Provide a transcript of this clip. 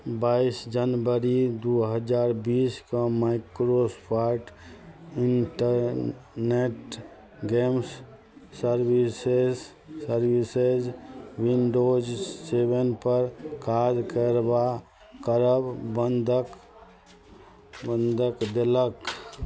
बाइस जनवरी दुइ हजार बीसकेँ Microsoft internet games services services Windows सेवनपर काज करबा करब बन्द कऽ बन्द कऽ देलक